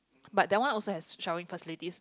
but that one also has showering facilities